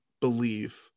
believe